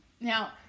Now